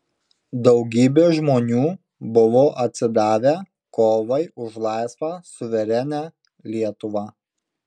daugybė žmonių buvo atsidavę kovai už laisvą suverenią lietuvą